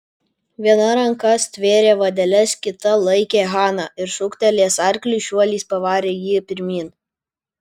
viena ranka stvėrė vadeles kita laikė haną ir šūktelėjęs arkliui šuoliais pavarė jį pirmyn